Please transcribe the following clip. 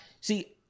See